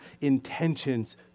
intentions